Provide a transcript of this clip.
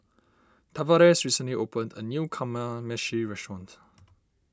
Tavares recently opened a new Kamameshi restaurant